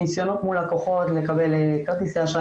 ניסיונות מול לקוחות לקבל כרטיסי אשראי